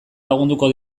lagunduko